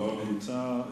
לא נמצא.